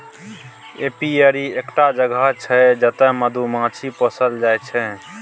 apiary एकटा जगह छै जतय मधुमाछी पोसल जाइ छै